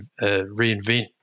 reinvent